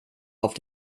auf